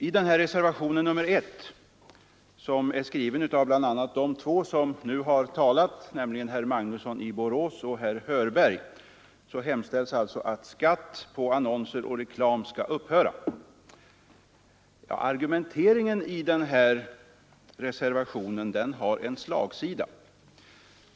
I reservationen 1, som är skriven av bl.a. de två ledamöter som nu har talat, nämligen herr Magnusson i Borås och herr Hörberg, hemställs att skatt på annonser och reklam skall upphöra. Argumenteringen i reservationen har slagsida.